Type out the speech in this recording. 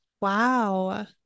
Wow